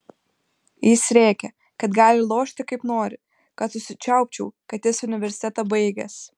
jis rėkė kad gali lošti kaip nori kad užsičiaupčiau kad jis universitetą baigęs